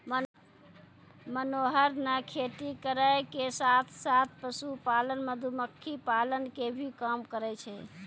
मनोहर नॅ खेती करै के साथॅ साथॅ, पशुपालन, मधुमक्खी पालन के भी काम करै छै